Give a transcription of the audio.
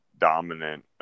dominant